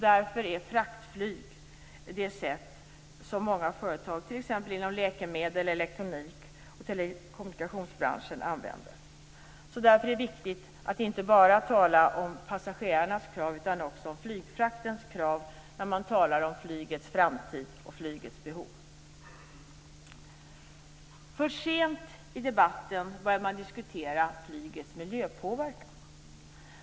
Därför är fraktflyg det sätt som många företag inom t.ex. läkemedels-, elektronik och telekommunikationsbranschen använder sig av. Så därför är det viktigt att inte bara tala om passagerarnas krav utan också om flygfraktens krav när det gäller flygets framtid och flygets behov. Först sent började man att diskutera flygets miljöpåverkan.